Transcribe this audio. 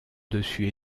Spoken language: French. dessus